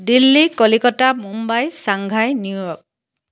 Delhi Kolkata Mumbai Shanghai New York